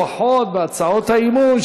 לפחות בהצעות האי-אמון,